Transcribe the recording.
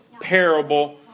parable